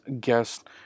guest